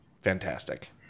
fantastic